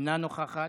אינה נוכחת,